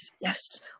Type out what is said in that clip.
yes